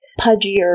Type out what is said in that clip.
pudgier